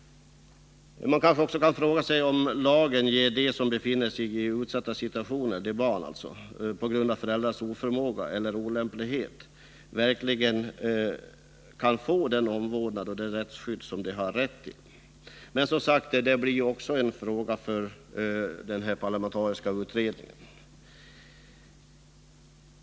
Man kan också fråga sig om lagen ger de utsatta, dvs. barnen vilka omhändertagits på grund av föräldrars oförmåga eller olämplighet att uppfostra dem, möjligheter till den omvårdnad och det rättsskydd som de har rätt till. Men också det blir som sagt en fråga för den parlamentariskt sammansatta utredningen.